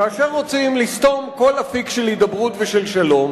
כאשר רוצים לסתום כל אפיק של הידברות ושל שלום,